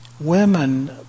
women